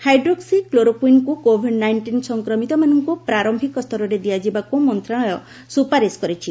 ହାଇଡ୍ରୋକ୍ୱି କ୍ଲୋରୋକ୍ୱିନ୍କୁ COVID nineteen ସଂକ୍ରମିତମାନଙ୍କୁ ପ୍ରାର୍ୟିକ ସ୍ତରରେ ଦିଆଯିବାକୁ ମନ୍ତ୍ରଣାଳୟ ସୁପାରିଶ କରିଛି